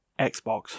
Xbox